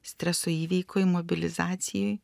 streso įveikoj imobilizacijoj